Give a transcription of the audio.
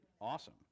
awesome